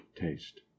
taste